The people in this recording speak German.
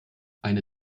eine